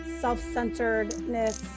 self-centeredness